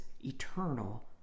eternal